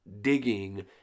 digging